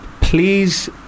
please